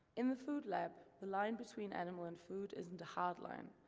in the food lab, the line between animal and food isn't a hard line,